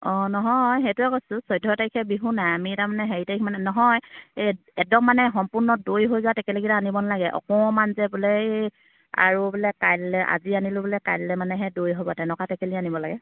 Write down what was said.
অঁ নহয় সেইটোৱে কৈছোঁ চৈধ্য তাৰিখে বিহু নাই আমি তাৰমানে হেৰি তাৰিখ মানে নহয় এই একদম মানে সম্পূৰ্ণ দৈ হৈ যোৱা টেকেলিকিটা আনিব নেলাগে অকণমান যে বোলে আৰু বোলে কাইলে আজি আনিলোঁ বোলে কাইলে মানেহে দৈ হ'ব তেনেকুৱা টেকেলিহে আনিব লাগে